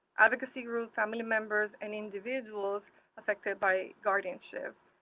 advocacy groups, family members, and individuals affected by guardianship.